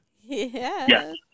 Yes